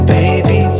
baby